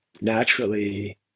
naturally